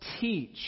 teach